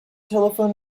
telephone